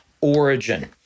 origin